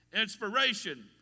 inspiration